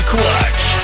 Clutch